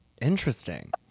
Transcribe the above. Interesting